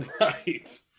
Right